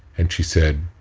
and she said,